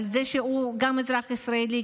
אבל זה שהוא גם אזרח ישראלי,